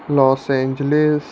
loss Angeles